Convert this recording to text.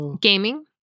Gaming